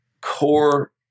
core